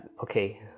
Okay